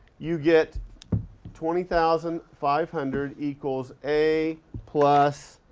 you get twenty thousand five hundred equals a plus